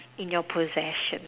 in your possession